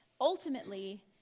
ultimately